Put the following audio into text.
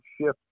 shift